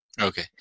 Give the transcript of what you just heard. Okay